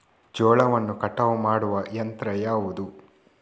ಜೋಳವನ್ನು ಕಟಾವು ಮಾಡುವ ಯಂತ್ರ ಯಾವುದು?